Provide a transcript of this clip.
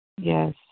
yes